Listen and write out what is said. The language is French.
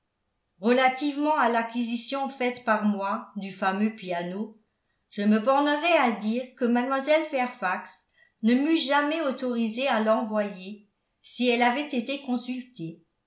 relativement à l'acquisition faite par moi du fameux piano je me bornerai à dire que mlle fairfax ne m'eut jamais autorisé à l'envoyer si elle avait été consultée